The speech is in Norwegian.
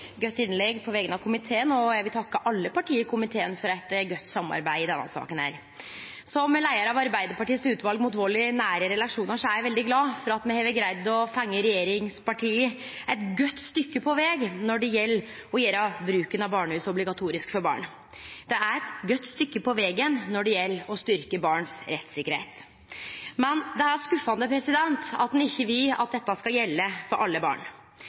godt innlegg på vegner av komiteen, og eg vil takke alle partia i komiteen for eit godt samarbeid i denne saka. Som leiar av Arbeidarpartiets utval mot vald i nære relasjonar er eg veldig glad for at me har greidd å få regjeringspartia eit godt stykke på veg når det gjeld å gjere bruken av barnehus obligatorisk for barn. Det er eit godt stykke på vegen når det gjeld å styrke barns rettstryggleik. Men det er skuffande at ein ikkje vil at dette skal gjelde for alle barn.